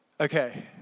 Okay